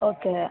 okay